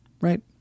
right